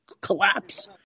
collapse